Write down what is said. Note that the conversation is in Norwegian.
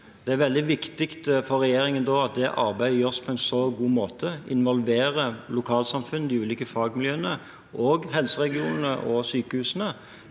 Det er veldig viktig for regjeringen at det arbeidet gjøres på en god måte og involverer lokalsamfunn og de ulike fagmiljøene, helseregionene og sykehusene